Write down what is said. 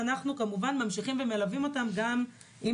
אנחנו כמובן ממשיכים ומלווים אותם גם אם